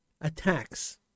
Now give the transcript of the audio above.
attacks